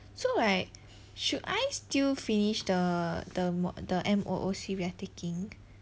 so right should I still finish the the the M_O_O_C we are taking